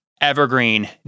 evergreen